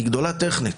היא גדולה טכנית.